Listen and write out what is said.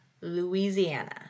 louisiana